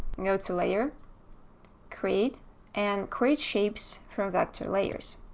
go to layer create and create shapes for vector layers.